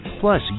plus